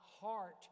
heart